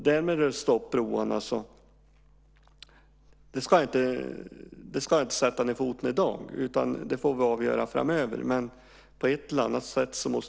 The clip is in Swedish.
Det får vi avgöra framöver, men frågan måste avgöras på ett eller annat sätt.